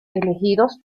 elegidos